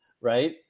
right